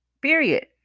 period